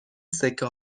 سکه